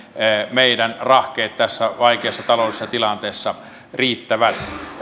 meidän rahkeet tässä vaikeassa taloudellisessa tilanteessa riittävät